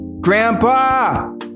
Grandpa